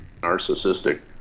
narcissistic